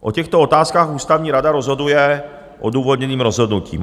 O těchto otázkách Ústavní rada rozhoduje odůvodněným rozhodnutím.